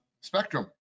spectrum